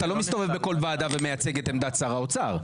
אתה לא מסתובב בכל וועדה ומייצג את עמדת שר האוצר.